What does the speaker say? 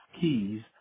Keys